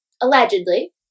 allegedly